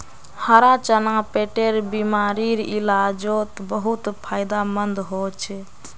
हरा चना पेटेर बिमारीर इलाजोत बहुत फायदामंद होचे